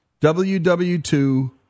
WW2